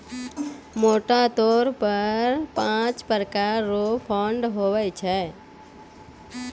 मोटा तौर पर पाँच प्रकार रो फंड हुवै छै